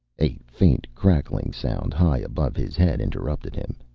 a faint crackling sound, high above his head, interrupted him.